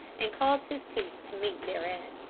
and caused his teeth to meet therein.